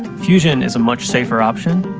fusion is a much safer option.